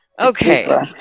okay